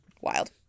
Wild